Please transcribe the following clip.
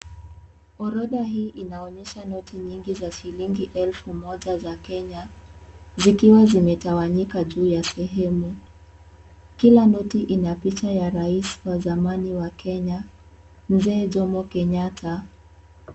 Orodha hii inaonyesha noti nyingi za shilingi elfu moja za Kenya. Zikiwa zimetawanyika juu ya sehemu. Kila noti, ina picha ya raisi wa zamani wa Kenya, Mzee Jomo Kenyatta.